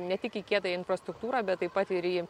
ne tik į kietą infrastruktūrą bet taip pat ir į